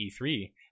E3